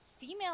female